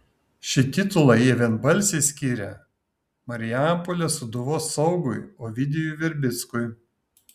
šį titulą jie vienbalsiai skyrė marijampolės sūduvos saugui ovidijui verbickui